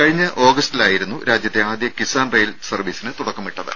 കഴിഞ്ഞ ഓഗസ്റ്റിലായിരുന്നു രാജ്യത്തെ ആദ്യ കിസാൻ റെയിൽ സർവ്വീസിന് തുടക്കമിട്ടത്